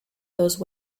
those